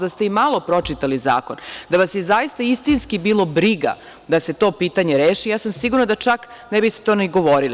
Da ste i malo pročitali zakon, da vas je zaista istinski bilo briga da se to pitanje reši, ja sam sigurna da to čak ne biste ni govorili.